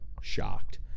shocked